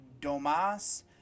domas